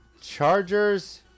Chargers